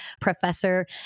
professor